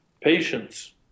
patience